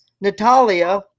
Natalia